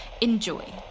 enjoy